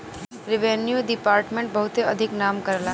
revenue department बहुते अधिक नाम करेला